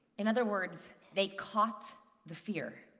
in other words, they caught the fear.